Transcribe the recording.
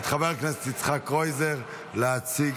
נעבור לנושא הבא על סדר-היום: הצעת